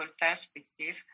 perspective